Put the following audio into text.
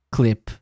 clip